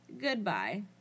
Goodbye